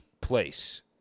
place